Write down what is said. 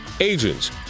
agents